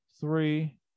three